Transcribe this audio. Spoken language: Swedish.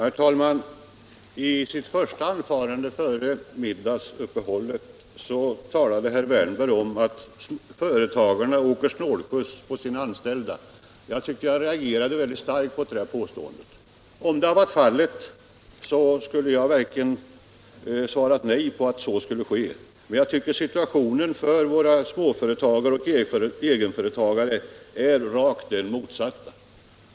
Herr talman! I sitt första anförande före middagsuppehållet sade herr Wärnberg att företagarna åker snålskjuts på sina anställdas bekostnad. Jag reagerade mycket starkt mot det påståendet. Om det verkligen vore så som herr Wärnberg sade att det är skulle jag ha sagt att det inte skall vara på det sättet. Men jag tycker att situationen för våra småföretagare och egenföretagare är den rakt motsatta.